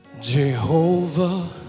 Jehovah